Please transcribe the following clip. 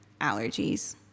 allergies